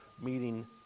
meeting